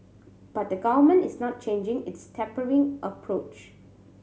but the Government is not changing its tapering approach